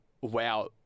WoW